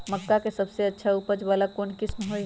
मक्का के सबसे अच्छा उपज वाला कौन किस्म होई?